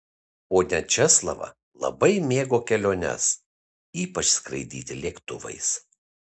ponia česlava labai mėgo keliones ypač skraidyti lėktuvais